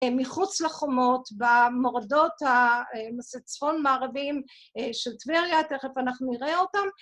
מחוץ לחומות, במורדות הצפון-מערבים של טבריה, תכף אנחנו נראה אותם.